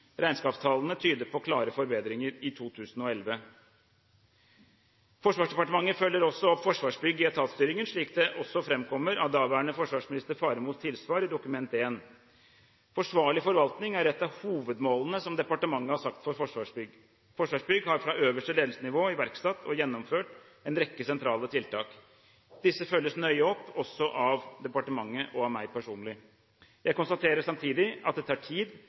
tyder på klare forbedringer i 2011. Forsvarsdepartementet følger også opp Forsvarsbygg i etatsstyringen, slik det også fremgår av daværende forsvarsminister Faremos tilsvar i Dokument 1. Forsvarlig forvaltning er et av hovedmålene som departementet har satt for Forsvarsbygg. Forsvarsbygg har fra øverste ledelsesnivå iverksatt og gjennomført en rekke sentrale tiltak. Disse følges nøye opp, også av departementet og av meg personlig. Jeg konstaterer samtidig at det tar tid